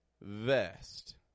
Vest